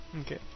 Okay